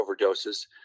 overdoses